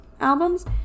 albums